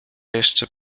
jeszcze